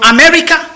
America